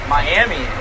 Miami